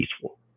peaceful